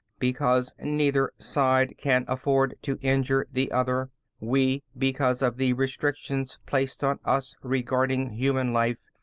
because neither side can afford to injure the other we, because of the restrictions placed on us regarding human life,